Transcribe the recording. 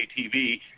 TV